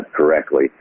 correctly